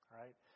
right